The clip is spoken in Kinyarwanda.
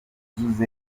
ibyifuzo